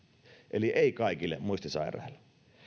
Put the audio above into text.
eli ei kaikille muistisairaille